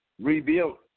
rebuilt